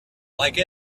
like